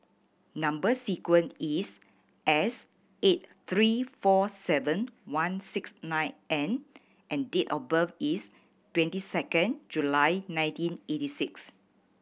number sequence is S eight three four seven one six nine N and date of birth is twenty second July nineteen eighty six